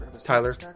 Tyler